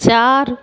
चारि